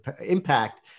impact